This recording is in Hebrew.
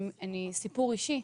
סיפור אישי,